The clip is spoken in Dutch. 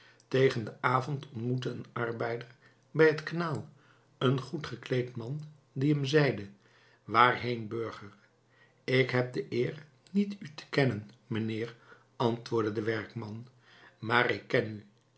tegen den avond ontmoette een arbeider bij het kanaal een goed gekleed man die hem zeide waarheen burger ik heb de eer niet u te kennen mijnheer antwoordde de werkman maar ik ken u